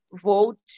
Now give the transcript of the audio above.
vote